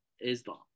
Islam